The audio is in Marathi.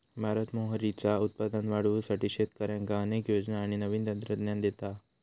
भारत मोहरीचा उत्पादन वाढवुसाठी शेतकऱ्यांका अनेक योजना आणि नवीन तंत्रज्ञान देता हा